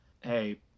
hey